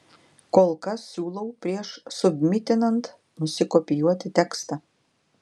kol kas siūlau prieš submitinant nusikopijuoti tekstą